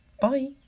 Bye